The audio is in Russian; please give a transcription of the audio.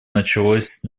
началось